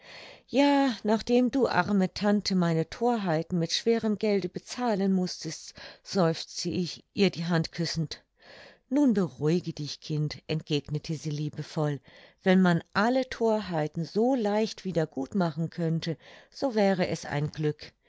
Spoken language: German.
ja nachdem du arme tante meine thorheiten mit schwerem gelde bezahlen mußtest seufzte ich ihr die hand küssend nun beruhige dich kind entgegnete sie liebevoll wenn man alle thorheiten so leicht wieder gut machen könnte so wäre es ein glück